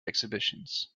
exhibitions